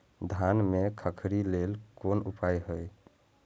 धान में खखरी लेल कोन उपाय हय?